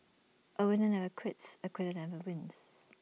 A winner never quits A quitter never wins